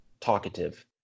talkative